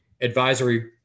advisory